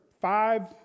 five